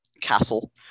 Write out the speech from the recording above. castle